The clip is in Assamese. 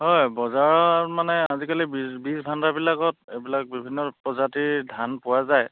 হয় বজাৰত মানে আজিকালি বী বীজ ভাণ্ডাৰবিলাকত এইবিলাক বিভিন্ন প্ৰজাতিৰ ধান পোৱা যায়